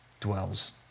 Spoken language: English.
dwells